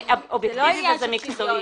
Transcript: זה אובייקטיבי וזה מקצועי.